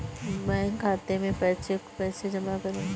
Bank खाते से पैसे को कैसे जमा करें?